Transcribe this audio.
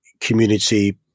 community